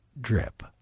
drip